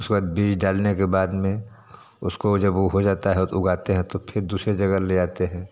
उसके बाद बीज डालने के बाद में उसको जब वो हो जाता है उगाते हैं तो फिर दूसरे जगह ले आते हैं